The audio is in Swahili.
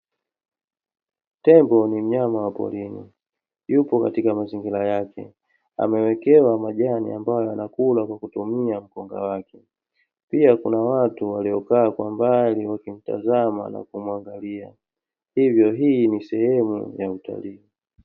Tembo ni mnyama wa porini, yupo katika mazingira yake, ameekewa majani ambayo anakula kwa kutumia mkonga wake, pia kuna watu waliokaa kwa mbali wakimtazama na kumwangalia hivyo hii ni sehemu ya utalii.